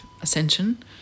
ascension